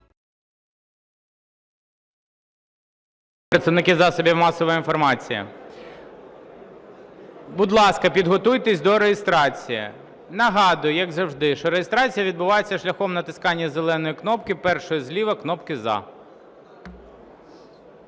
підготуйтесь до реєстрації. Нагадую, як завжди, що реєстрація відбувається шляхом натискання зеленої кнопки, першої зліва кнопки "за".